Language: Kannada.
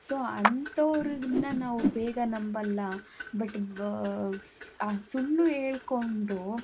ಸೊ ಅಂಥವ್ರಿಗೆ ಇನ್ನು ನಾವು ಬೇಗ ನಂಬಲ್ಲಾ ಬಟ್ ಆ ಸುಳ್ಳು ಹೇಳ್ಕೊಂಡು